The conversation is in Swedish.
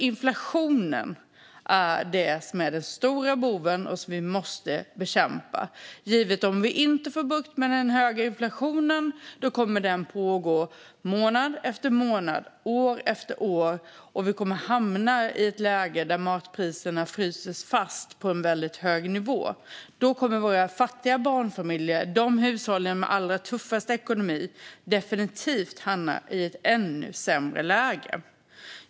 Inflationen är den stora bov som vi måste bekämpa. Om vi inte får bukt med den höga inflationen kommer den att pågå månad efter månad, år efter år. Vi kommer att hamna i ett läge där matpriserna fryser fast på en väldigt hög nivå. Då kommer våra fattiga barnfamiljer, de hushåll som har allra tuffast ekonomi, definitivt att hamna i ett ännu sämre läge.